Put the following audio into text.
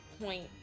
point